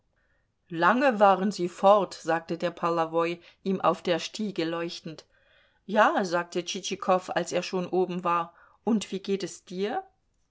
lange waren sie fort sagte der polowoj ihm auf der stiege leuchtend ja sagte tschitschikow als er schon oben war und wie geht es dir